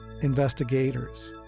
investigators